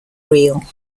real